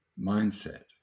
mindset